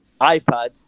iPad